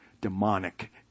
demonic